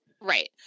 Right